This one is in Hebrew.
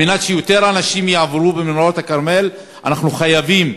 כדי שיותר אנשים יעברו במנהרות הכרמל אנחנו חייבים,